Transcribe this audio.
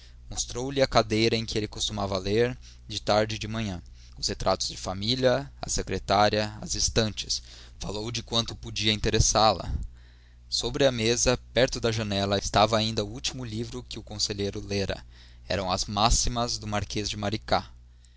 mostrou-lhe a cadeira em que ele costumava ler de tarde e de manhã os retratos de família a secretária as estantes falou de quanto podia interessá la sobre a mesa perto da janela estava ainda o último livro que o conselheiro lera eram as máximas do marquês de maricá